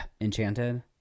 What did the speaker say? Enchanted